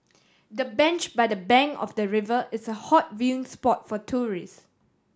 the bench by the bank of the river is a hot viewing spot for tourist